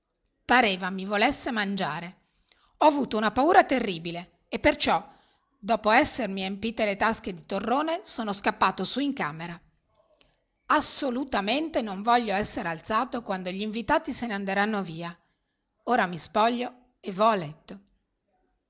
pareva mi volesse mangiare ho avuto una paura terribile e perciò dopo essermi empite le tasche di torrone sono scappato su in camera assolutamente non voglio essere alzato quando gl'invitati se ne anderanno via ora mi spoglio e